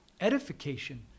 Edification